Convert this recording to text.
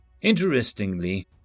Interestingly